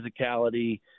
physicality